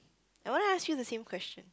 I want ask you the same question